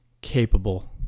capable